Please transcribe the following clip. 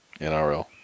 NRL